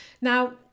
Now